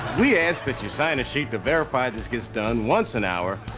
we ask that you sign a sheet to verify this gets done once an hour,